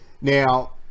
Now